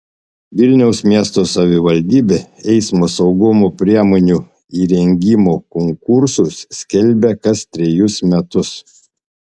vilniaus miesto savivaldybė eismo saugumo priemonių įrengimo konkursus skelbia kas trejus metus